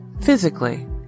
Physically